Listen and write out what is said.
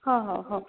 ହଁ ହଁ ହଉ